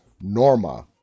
Norma